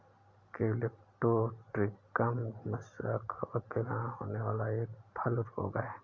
colletotrichum मुसा कवक के कारण होने वाला एक फल रोग है